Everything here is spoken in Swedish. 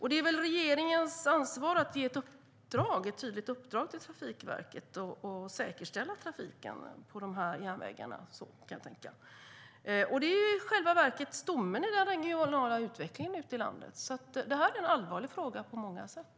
Det är väl regeringens ansvar att ge ett tydligt uppdrag till Trafikverket och säkerställa trafiken på dessa järnvägar? Det är stommen i den regionala utvecklingen i landet. Detta är alltså en allvarlig fråga på många sätt.